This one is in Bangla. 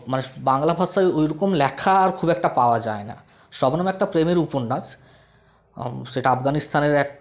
মানেস্ বাংলা ভাষায় ওই রকম লেখা আর খুব একটা পাওয়া যায় না শবনম একটা প্রেমের উপন্যাস সেটা আফগানিস্থানের এক